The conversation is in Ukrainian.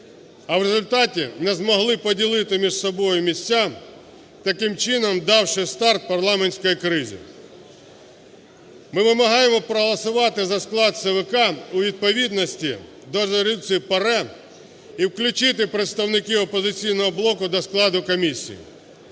а у результаті не змогли поділити між собою місця, таким чином давши старт парламентській кризі. Ми вимагаємо проголосувати за склад ЦВК у відповідності до резолюції ПАРЄ і включити представників "Опозиційного блоку" до складу комісії.